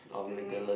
do it